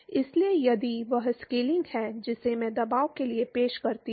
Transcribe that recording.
इसलिए यदि वह स्केलिंग है जिसे मैं दबाव के लिए पेश करता हूं